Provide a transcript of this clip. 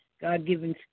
God-given